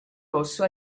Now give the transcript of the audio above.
rosso